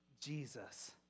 Jesus